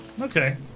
Okay